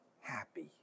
happy